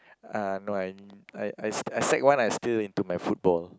ah no I I I sec-one I still into my football